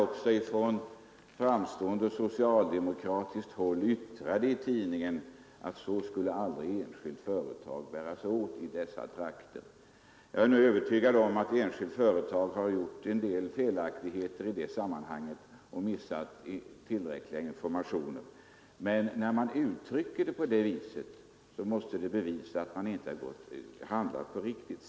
Också från framstående socialdemokratiskt håll yttrades i tidningen att så skulle aldrig ett enskilt företag i dessa trakter bära sig åt. Jag är visserligen övertygad om att även en del enskilda företag gjort sig skyldiga till felaktiga förfaranden i liknande sammanhang och inte givit tillräckliga informationer, men det faktum att man har uttryckt sitt missnöje på det sätt som jag här har relaterat visar att SJ inte har handlat riktigt.